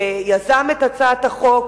שיזם את הצעת החוק,